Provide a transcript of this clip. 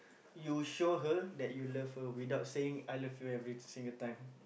you show her that you love her without saying I love you every single time